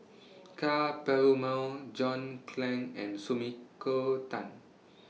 Ka Perumal John Clang and Sumiko Tan